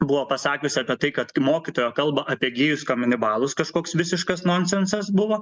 buvo pasakius apie tai kad mokytoja kalba apie gėjus kanibalus kažkoks visiškas nonsensas buvo